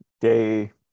Day